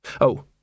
Oh